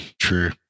true